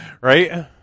right